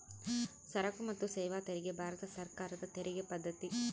ಸರಕು ಮತ್ತು ಸೇವಾ ತೆರಿಗೆ ಭಾರತ ಸರ್ಕಾರದ ತೆರಿಗೆ ಪದ್ದತಿ